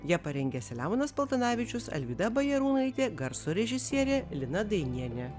ją parengė selemonas paltanavičius alvyda bajarūnaitė garso režisierė lina dainienė